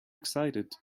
excited